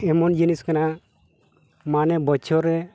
ᱮᱢᱚᱱ ᱡᱤᱱᱤᱥ ᱠᱟᱱᱟ ᱢᱟᱱᱮ ᱵᱚᱪᱷᱚᱨ ᱨᱮ